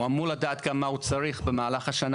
הוא אמור לדעת כמה הוא צריך במהלך השנה